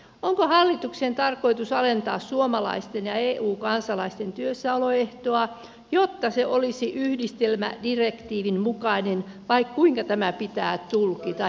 onko hallituksen tarkoitus alentaa suomalaisten ja eu kansalaisten työssäoloehtoa jotta se olisi yhdistelmädirektiivin mukainen vai kuinka tämä pitää tulkita